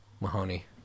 Mahoney